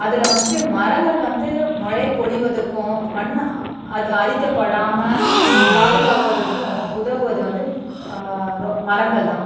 அதில் வந்துட்டு மரங்கள் வந்து மழை பொழிவதற்கும் மண்ணை அது அரிக்கப்படாமல் பாதுகாப்பதற்கும் உதவுவது வந்து ரொ மரங்கள்தான்